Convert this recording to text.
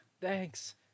Thanks